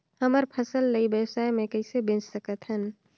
हमर फसल ल ई व्यवसाय मे कइसे बेच सकत हन?